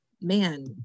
man